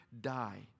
die